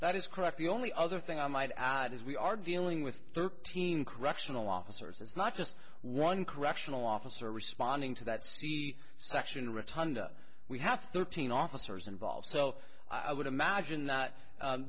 that is correct the only other thing i might add is we are dealing with thirteen correctional officers it's not just one correctional officer responding to that c section refund we have thirteen officers involved so i would imagine that